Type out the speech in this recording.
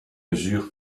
mesure